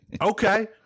Okay